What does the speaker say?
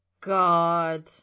God